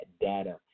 data